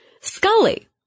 Scully